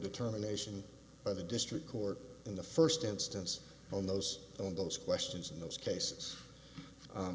determination by the district court in the first instance on those on those questions in those cases